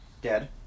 Dead